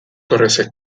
torresek